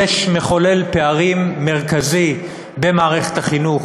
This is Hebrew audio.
יש מחולל פערים מרכזי במערכת החינוך: